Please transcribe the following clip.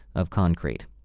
of concrete.